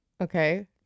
okay